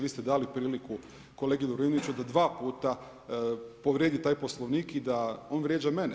Vi ste dali priliku kolegi Lovrinoviću da dva puta povrijedi taj Poslovnik i da on vrijeđa mene.